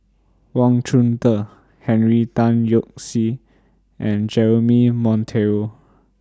Wang Chunde Henry Tan Yoke See and Jeremy Monteiro